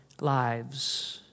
lives